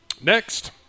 Next